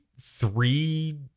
three